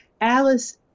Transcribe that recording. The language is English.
Alice